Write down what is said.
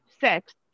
six